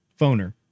Phoner